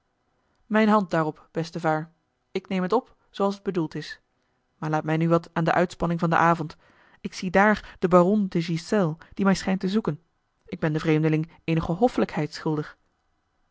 mijne hand daarop bestevaêr ik neem het op zooals het bedoeld is maar laat mij nu wat aan de uitspanning van den avond ik zie daar den baron de ghiselles die mij schijnt te zoeken ik ben den vreemdeling eenige hoffelijkheid schuldig